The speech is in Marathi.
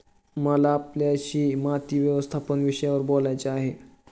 मला आपल्याशी माती व्यवस्थापन विषयावर बोलायचे आहे